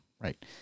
Right